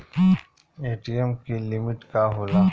ATM की limit का होला?